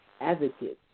advocates